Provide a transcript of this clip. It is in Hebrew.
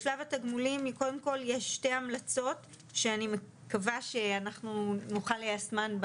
בשלב התגמולים קודם כל יש שתי המלצות שאני מקווה שאנחנו נוכל ליישמן,